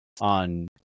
on